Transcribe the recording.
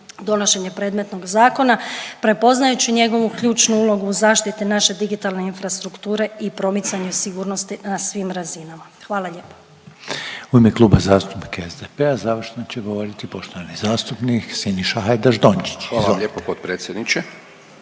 donošenje predmetnog zakona prepoznajući njegovu ključnu ulogu u zaštiti naše digitalne infrastrukture i promicanje sigurnosti na svim razinama. Hvala lijepo. **Reiner, Željko (HDZ)** U ime Kluba zastupnika SDP-a završno će govoriti poštovani zastupnik Siniša Hajdaš Dončić. **Hajdaš Dončić, Siniša